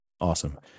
Awesome